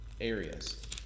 areas